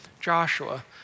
Joshua